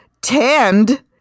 tanned